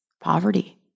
poverty